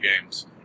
games